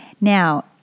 Now